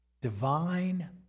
Divine